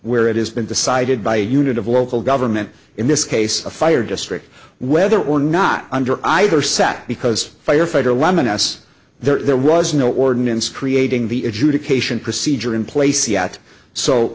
where it has been decided by a unit of local government in this case a fire district whether or not under either sat because firefighter lemon s there was no ordinance creating the adjudication procedure in place yet so